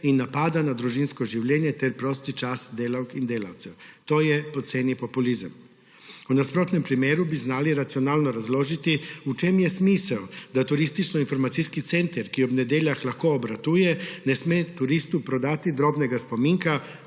in napada na družinsko življenje ter prosti čas delavk in delavcev. To je poceni populizem. V nasprotnem primeru bi znali racionalno razložiti, v čem je smisel, da turističnoinformacijski center, ki ob nedeljah lahko obratuje, ne sme turistu prodati drobnega spominka,